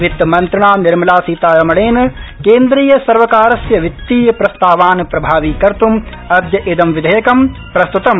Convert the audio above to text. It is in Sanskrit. वित्तमन्त्रिणा निर्मलासीतारमणेन केन्द्रीय सर्वकारस्य वित्तीय प्रस्तावान् प्रभावीकर्त्म् अद्य इद विधेयक प्रस्तुतम्